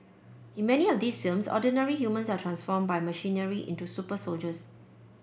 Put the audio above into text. in many of these films ordinary humans are transform by machinery into super soldiers